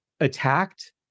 attacked